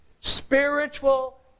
spiritual